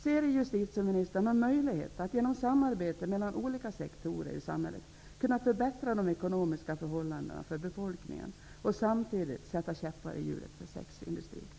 Ser justitieministern någon möjlighet att genom samarbete mellan olika sektorer i samhället förbättra de ekonomiska förhållandena för befolkningen och samtidigt sätta käppar i hjulet för sexindustrin?